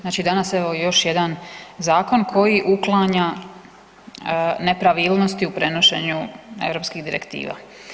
Znači danas evo još jedan zakon koji uklanja nepravilnosti u prenošenju europskih direktiva.